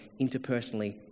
interpersonally